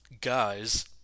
guys